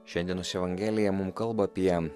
šiandienos evangelija mum kalba apie